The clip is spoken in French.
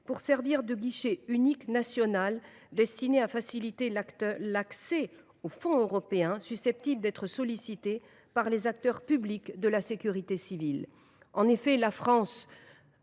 pour servir de guichet unique national, destiné à faciliter l’accès aux fonds européens susceptibles d’être sollicités par les acteurs publics de la sécurité civile. En effet, en France,